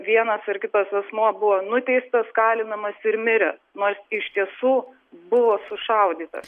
vienas ar kitas asmuo buvo nuteistas kalinamas ir mirė nors iš tiesų buvo sušaudytas